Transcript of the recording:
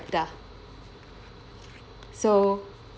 so